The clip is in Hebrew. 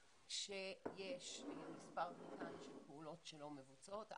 שיש מספר קטן של פעולות שלא מבוצעות,